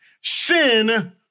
sin